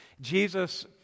Jesus